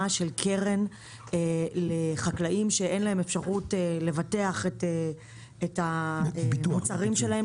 של קרן לחקלאים שאין להם אפשרות לבטח את המוצרים שלהם,